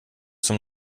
zum